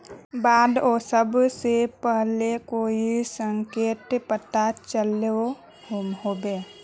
बाढ़ ओसबा से पहले कोई संकेत पता चलो होबे?